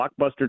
blockbuster